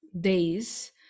days